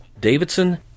Davidson